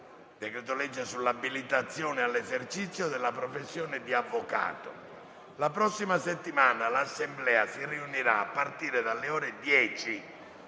decreto-legge sull'abilitazione all'esercizio della professione di avvocato. La prossima settimana l'Assemblea si riunirà a partire dalle ore 10